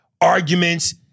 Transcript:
arguments